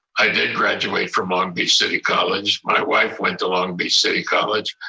i did graduate from long beach city college. my wife went to long beach city college.